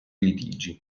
litigi